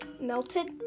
melted